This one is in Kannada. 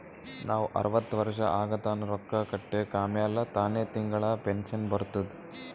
ನಾವ್ ಅರ್ವತ್ ವರ್ಷ ಆಗತನಾ ರೊಕ್ಕಾ ಕಟ್ಬೇಕ ಆಮ್ಯಾಲ ತಾನೆ ತಿಂಗಳಾ ಪೆನ್ಶನ್ ಬರ್ತುದ್